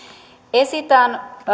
esitän